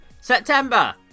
September